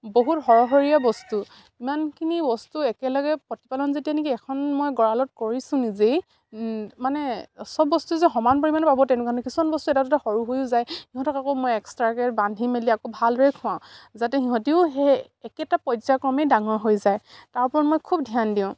বহুত বস্তু ইমানখিনি বস্তু একেলগে প্ৰতিপালন যেতিয়া নেকি এখন মই গঁৰালত কৰিছোঁ নিজেই মানে চব বস্তু যে সমান পৰিমাণে পাব তেনেকুৱা নহয় কিছুমান বস্তু এটা দুটা সৰু হৈও যায় সিহঁতক আকৌ মই এক্সট্ৰাকে বান্ধি মেলি আকৌ ভালদৰে খুৱাওঁ যাতে সিহঁতিও সেই একেটা পৰ্যক্ৰমে ডাঙৰ হৈ যায় তাৰ ওপৰত মই খুব ধ্যান দিওঁ